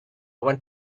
went